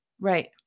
Right